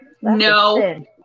No